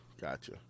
gotcha